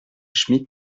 schmid